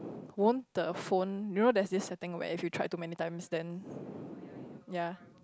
won't the phone you know there's this setting where if you tried too many times then yea